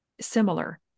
similar